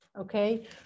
okay